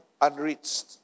unreached